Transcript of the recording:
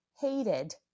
hated